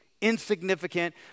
insignificant